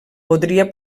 podria